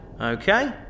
Okay